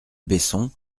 besson